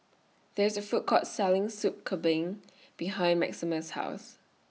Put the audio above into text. There IS A Food Court Selling Soup Kambing behind Maximus' House